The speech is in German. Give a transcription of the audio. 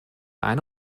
eine